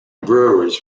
brewers